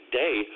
day